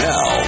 Now